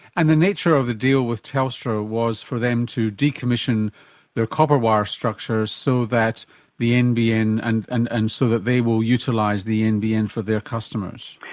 and the nature of the deal with telstra was for them to decommission their copper wire structure so so that the nbn, and and and so that they will utilise the nbn for their customers.